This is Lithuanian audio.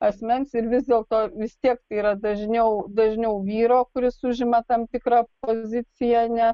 asmens ir vis dėlto vis tiek yra dažniau dažniau vyro kuris užima tam tikrą poziciją ne